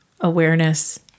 awareness